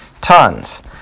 tons